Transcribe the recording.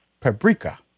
paprika